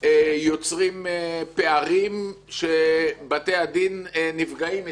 יוצרים פערים שבתי הדין נפגעים מזה.